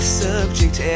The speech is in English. subject